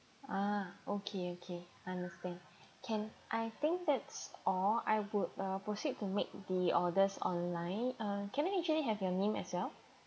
ah okay okay understand can I think that's all I would uh proceed to make the orders online uh can I actually have you name as well